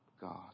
God